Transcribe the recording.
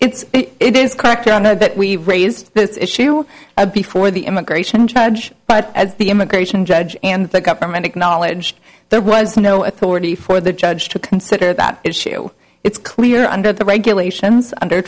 it's it is correct i know that we raised this issue before the immigration judge but as the immigration judge and the government acknowledged there was no authority for the judge to consider that issue it's clear under the regulations under